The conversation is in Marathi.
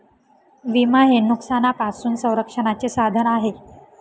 विमा हे नुकसानापासून संरक्षणाचे साधन आहे